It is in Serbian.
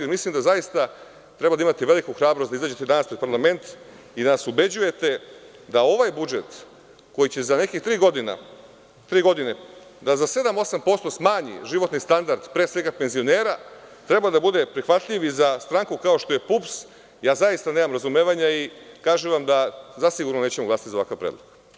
Mislim da zaista treba da imate veliku hrabrost da izađete danas pred parlament i da nas ubeđujete da ovaj budžet koji će za nekih tri godine da za 7, 8% smanji životni standard, pre svega penzionera, treba da bude prihvatljiv i za stranku kao što je PUPS, zaista nemam razumevanja i kažem vam da zasigurno nećemo glasati za ovakav predlog.